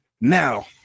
now